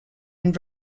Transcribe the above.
and